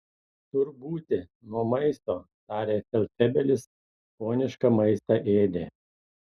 tur būti nuo maisto tarė feldfebelis ponišką maistą ėdė